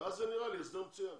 ואז זה נראה לי הסדר מצוין,